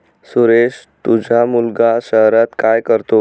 सुरेश तुझा मुलगा शहरात काय करतो